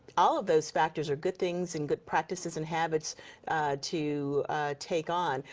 all of those factors are good things and good practices and habits to take on.